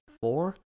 four